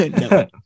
No